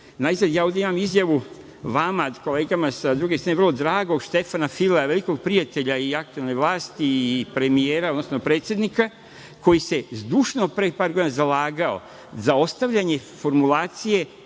Najzad, ja ovde imam izjavu, vama kolegama sa druge strane vrlo dragog Štefana Filea, velikog prijatelja i aktuelne vlasti i premijera, odnosno predsednika, koji se zdušno pre par godina zalagao za ostavljanje formulacije